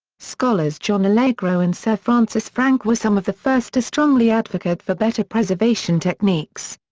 scholars john allegro and sir francis frank were some of the first to strongly advocate for better preservation techniques.